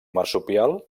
marsupial